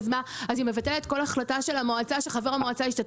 אז מה אז היא מבטלת כל החלטה של המועצה שחבר המועצה השתתף בה?